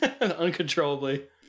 uncontrollably